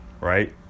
right